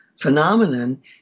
phenomenon